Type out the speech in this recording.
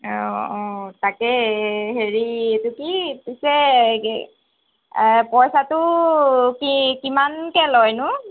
অঁ তাকে হেৰি এইটো কি পিছে কি পইচাটো কি কিমানকৈ লয়নো